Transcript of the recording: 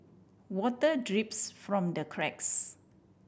water drips from the cracks